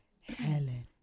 Helen